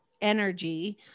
energy